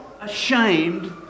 ashamed